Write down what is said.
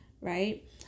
right